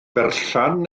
berllan